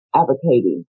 advocating